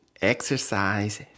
exercise